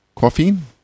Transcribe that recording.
Caffeine